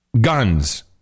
Guns